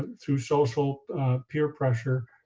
through social peer pressure